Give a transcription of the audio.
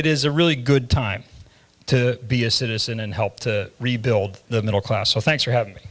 it is a really good time to be a citizen and help to rebuild the middle class so thanks for having